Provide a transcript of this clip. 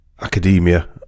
academia